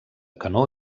canó